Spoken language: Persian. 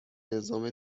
نظام